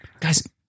Guys